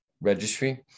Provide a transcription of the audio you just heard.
registry